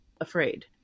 afraid